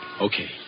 Okay